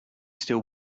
still